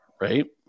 right